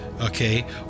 okay